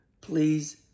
Please